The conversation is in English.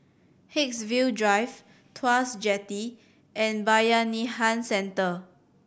Haigsville Drive Tuas Jetty and Bayanihan Centre